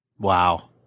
Wow